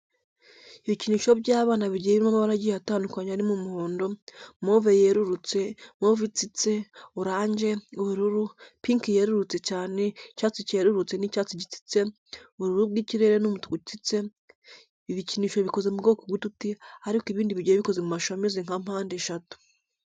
Ibikinisho by'abana bigiye birimo amabara agiye atandukanye arimo umuhondo, move yerurutse, move itsitse, oranje, ubururu, pinki yerurutse cyane, icyatsi cyerurutse n'icyatsi gitsitse, ubururu bw'ikirere n'umutuku utsitse. Ibi bikinisho bikoze mu bwoko bw'uduti ariko ibindi bigiye bikoze mu mashusho ameze nka mpande eshatu.